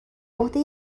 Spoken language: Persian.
عهده